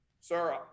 sir